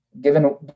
given